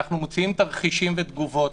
אנחנו מוציאים תרחישים ותגובות,